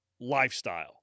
lifestyle